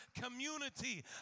community